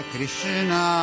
Krishna